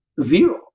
zero